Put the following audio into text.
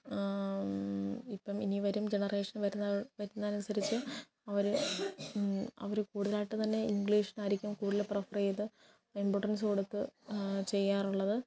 ഇപ്പം ഇനി വരും ജനറേഷൻ വരുന്നത് വരുന്നതനുസരിച്ച് അവര് അവര് കൂടുതലായിട്ട് തന്നെ ഇംഗ്ലീഷിലായിരിക്കും കൂടുതൽ പ്രിഫറു ചെയ്ത് ഇമ്പോർട്ടൻസ് കൊടുത്ത് ചെയ്യാറുള്ളത്